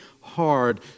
hard